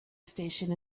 station